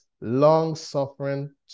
long-suffering